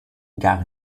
gar